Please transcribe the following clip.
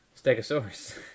stegosaurus